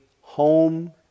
home